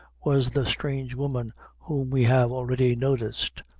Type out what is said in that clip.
was the strange woman whom we have already noticed,